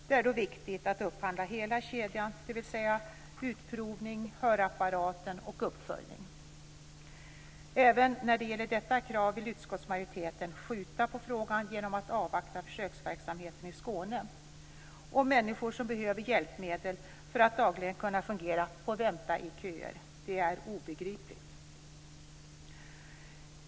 Det är då viktigt att upphandla hela kedjan, dvs. utprovning, hörapparat och uppföljning. Även när det gäller detta krav vill utskottsmajoriteten skjuta på frågan genom att avvakta försöksverksamheten i Skåne. Och under tiden får människor som behöver hjälpmedel för att dagligen kunna fungera vänta i köer. Det är obegripligt.